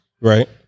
Right